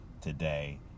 today